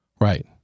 Right